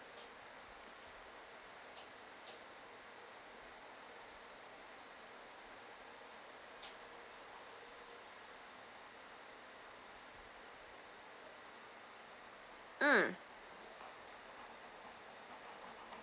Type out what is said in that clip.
um